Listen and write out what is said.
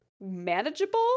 manageable